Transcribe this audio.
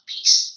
Peace